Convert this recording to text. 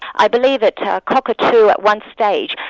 i believe at cockatoo at one stage,